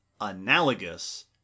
analogous